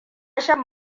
shan